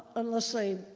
unless they,